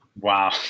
wow